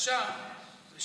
יש